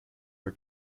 her